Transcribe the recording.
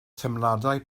teimladau